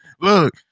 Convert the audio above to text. Look